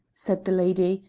said the lady,